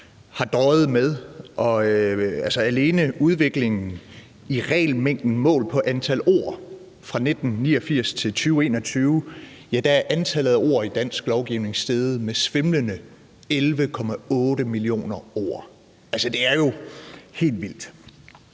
har døjet med, og alene udviklingen i regelmængden målt på antal ord fra 1989 til 2021 viser, at antallet af ord i dansk lovgivning er steget med svimlende 11,8 millioner ord. Det er jo helt vildt!